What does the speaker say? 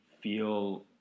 feel